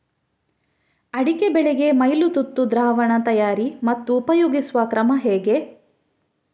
ಅಡಿಕೆ ಬೆಳೆಗೆ ಮೈಲುತುತ್ತು ದ್ರಾವಣ ತಯಾರಿ ಮತ್ತು ಉಪಯೋಗಿಸುವ ಕ್ರಮ ಹೇಗೆ?